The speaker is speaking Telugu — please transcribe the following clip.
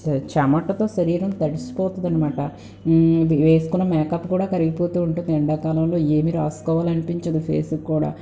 చెమటతో శరీరం తడిసిపోతుంది అన్నమాట వేసుకున్న మేకప్ కూడా కరిగిపోతు ఉంటుంది ఎండాకాలంలో ఏమి రాసుకోవాలి అనిపించదు ఫేస్కి కూడా